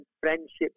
friendships